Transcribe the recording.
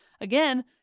Again